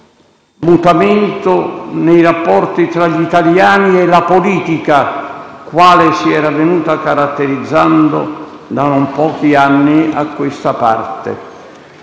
mutamento nei rapporti tra gli italiani e la politica, quale si era venuta caratterizzando da non pochi anni a questa parte.